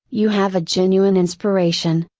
you have a genuine inspiration,